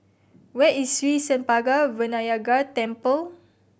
where is Sri Senpaga Vinayagar Temple